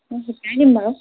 মই শিকাই দিম বাৰু